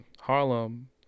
Harlem